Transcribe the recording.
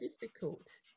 difficult